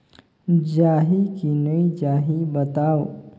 जाही की नइ जाही बताव?